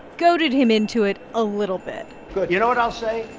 goaded him into it a little bit you know what i'll say?